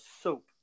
soap